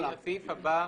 הסעיף אושר.